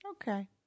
Okay